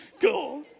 Cool